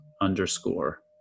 underscore